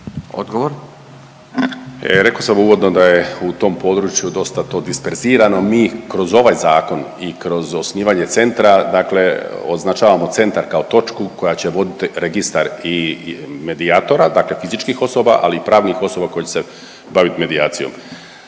Juro** Rekao sam uvodno da je u tom području dosta to disperzirano. Mi kroz ovaj zakon i kroz osnivanje centra, dakle označavamo centar kao točku koja će voditi registar i medijatora, dakle fizičkih osoba, ali i pravnih osoba koje će se baviti medijacijom.